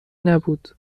نبود